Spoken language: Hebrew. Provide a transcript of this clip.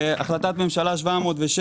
החלטת ממשלה 707,